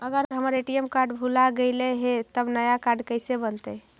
अगर हमर ATM card भुला गैलै हे तब नया काड कइसे बनतै?